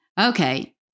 Okay